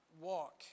walk